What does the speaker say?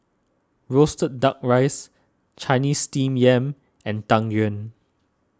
Roasted Duck Rice Chinese Steamed Yam and Tang Yuen